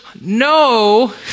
no